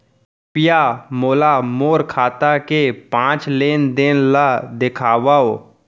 कृपया मोला मोर खाता के पाँच लेन देन ला देखवाव